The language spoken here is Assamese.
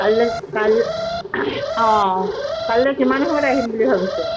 কাইলৈ কাল অঁ কাইলৈ কিমান সময়ত আহিম বুলি ভাবিছে